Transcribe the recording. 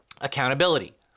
Accountability